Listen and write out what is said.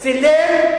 אתה רואה?